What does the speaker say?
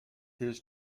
his